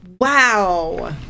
wow